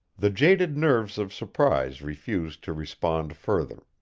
the jaded nerves of surprise refused to respond further.